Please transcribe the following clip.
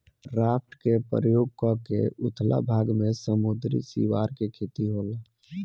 raft के प्रयोग क के उथला भाग में समुंद्री सिवार के खेती होला